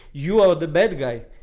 you are the bad guy.